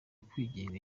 kwigenga